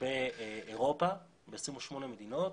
באירופה ב-28 מדינות,